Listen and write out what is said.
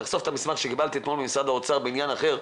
לחשוף את המסמך שקיבלתי אתמול ממשרד האוצר בעניין אחר,